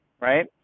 right